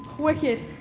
wicked,